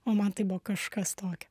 o man tai buvo kažkas tokio